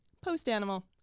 Post-Animal